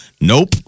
Nope